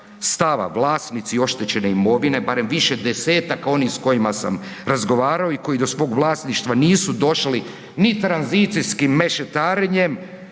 stava. Vlasnici oštećene imovine, barem više desetaka onih s kojima sam razgovarao i koji do svog vlasništva nisu došli ni tranzicijskim mešetarenjem,